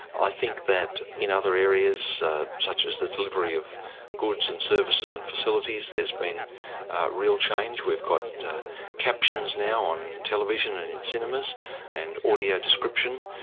i think that in other areas such as the delivery of goods and services and facilities there's been real change. we've got captions now on television and in cinemas and audio description,